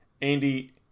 Andy